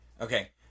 Okay